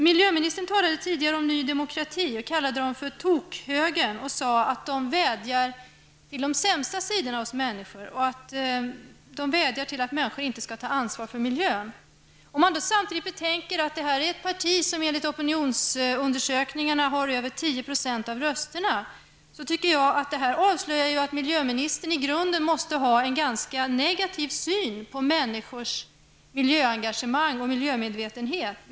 Miljöministern talade tidigare om Ny demokrati och kallade det för tokhögern och sade att partiet vädjar till de sämsta sidorna hos människor, vädjar till att människor inte skall ta ansvar för miljön. Om man samtidigt betänker att det här är ett parti som enligt opinionsundersökningarna får över 10 % av rösterna, tycker jag att det avslöjar att miljöministern i grunden måste ha en ganska negativ syn på människors miljöengagemang och miljömedvetenhet.